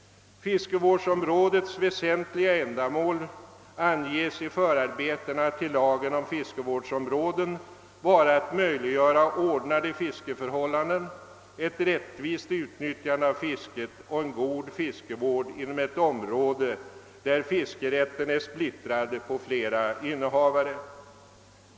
Fiskevårdsområdets väsentliga ändamål anges i förarbetena till lagen om fiskevårdsområden vara att möjliggöra ordnade fiskeförhållanden, ett rättvist utnyttjande av fisket och en god fiskevård inom ett område där fiskerätten är splittrad på flera innehavare.